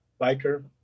biker